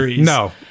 No